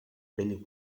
pell